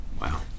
Wow